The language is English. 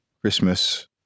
Christmas